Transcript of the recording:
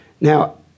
Now